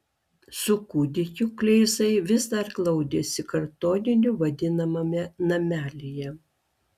su kūdikiu kleizai vis dar glaudėsi kartoniniu vadinamame namelyje